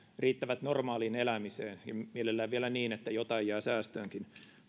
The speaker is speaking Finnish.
riittävät normaaliin elämiseen ja mielellään vielä niin että jotain jää säästöönkin